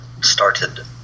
started